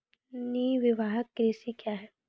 निवाहक कृषि क्या हैं?